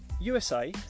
USA